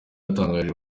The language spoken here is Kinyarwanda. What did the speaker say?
yatangaje